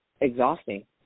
exhausting